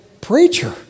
Preacher